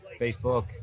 Facebook